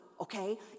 okay